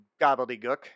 gobbledygook